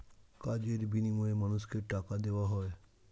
কাজের বিনিময়ে মানুষকে টাকা দেওয়া হয়